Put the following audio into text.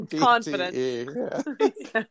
Confidence